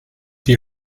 die